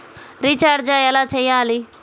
Recharge ఎలా చెయ్యాలి?